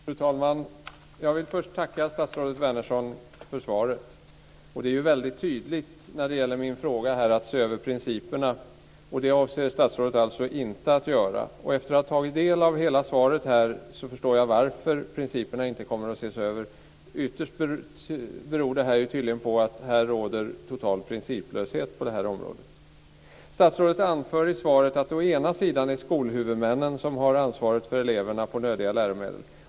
Fru talman! Jag vill först tacka statsrådet Wärnersson för svaret. Det är väldigt tydligt när det gäller min fråga om att se över principerna, och det avser statsrådet alltså inte att göra. Efter att ha tagit del av hela svaret förstår jag varför principerna inte kommer att ses över. Ytterst beror detta tydligen på att det råder total principlöshet på det här området. Statsrådet anför i svaret att det å ena sidan är skolhuvudmännen som har ansvaret för att eleverna får nödiga läromedel.